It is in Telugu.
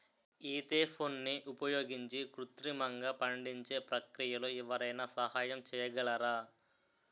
ఈథెఫోన్ని ఉపయోగించి కృత్రిమంగా పండించే ప్రక్రియలో ఎవరైనా సహాయం చేయగలరా?